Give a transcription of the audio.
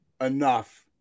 enough